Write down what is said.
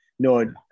No